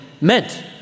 meant